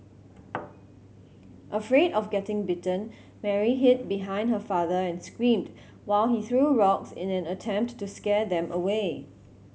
afraid of getting bitten Mary hid behind her father and screamed while he threw rocks in an attempt to scare them away